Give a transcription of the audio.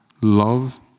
Love